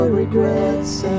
regrets